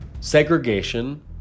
segregation